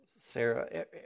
Sarah